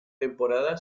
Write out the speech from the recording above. temporada